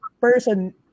person